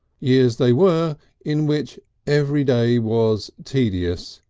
years they were in which every day was tedious,